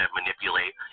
manipulate